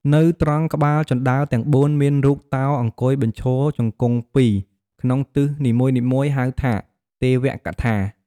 នៅត្រង់ក្បាលជណ្តើរទាំង ៤ មានរូបតោអង្គុយបញ្ឈរជង្គង់ពីរ ក្នុងទិសនីមួយៗហៅថា ទេវកថា ។